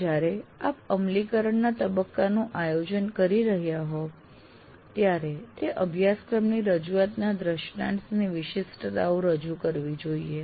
જ્યારે આપ અમલીકરણના તબક્કાનું આયોજન કરી રહ્યા હોવ ત્યારે તે અભ્યાસક્રમની રજુઆતના દ્રષ્ટાંતની વિશિષ્ટતાઓ રજૂ કરવી જોઈએ